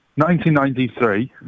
1993